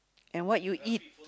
and what you eat